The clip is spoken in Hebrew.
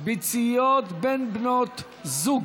ביציות בין בנות זוג),